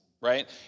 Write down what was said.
Right